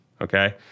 okay